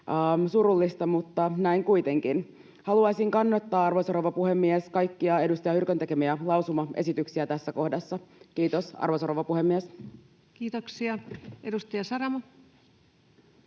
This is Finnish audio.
Surullista, mutta näin kuitenkin. Haluaisin kannattaa, arvoisa rouva puhemies, kaikkia edustaja Hyrkön tekemiä lausumaesityksiä tässä kohdassa. — Kiitos, arvoisa rouva puhemies. [Speech 264] Speaker: